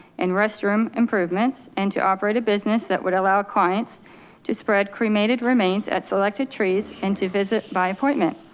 and restroom improvements and to operate a business that would allow clients to spread cremated remains at selected trees and to visit by appointment.